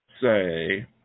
say